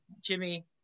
Jimmy